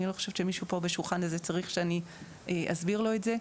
אני לא חושבת שמישהו פה בשולחן הזה צריך שאני אסביר לו את זה.